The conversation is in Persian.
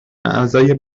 اعضای